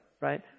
right